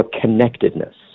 connectedness